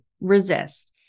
resist